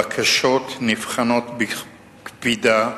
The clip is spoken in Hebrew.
הבקשות נבחנות בקפידה,